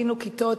לתקטינו כיתות,